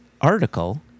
article